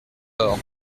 laure